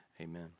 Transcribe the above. Amen